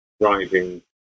driving